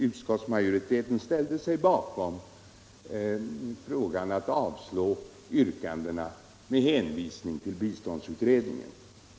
Utskottsmajoriteten avstyrkte emellertid yrkandet med hänsyn till biståndsutredningen.